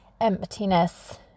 emptiness